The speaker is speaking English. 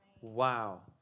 Wow